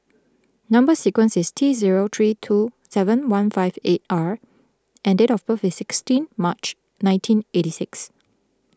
Number Sequence is T zero three two seven one five eight R and date of birth is sixteen March nineteen eighty six